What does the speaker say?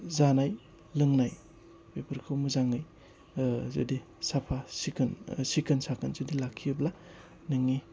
जानाय लोंनाय बेफोरखौ मोजाङै जुदि साफा सिखोन सिखोन साखोन जुदि लाखियोब्ला नोंनि